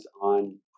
on